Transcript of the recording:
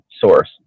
source